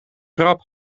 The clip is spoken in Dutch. krab